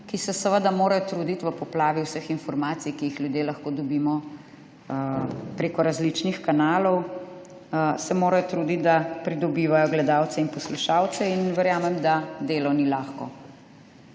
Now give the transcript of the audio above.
ki se seveda morajo truditi v poplavi vseh informacij, ki jih ljudje lahko dobimo prek različnih kanalov, se morajo truditi, da pridobivajo gledalce in poslušalce. Verjamem, da delo ni lahko,